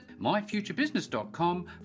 myfuturebusiness.com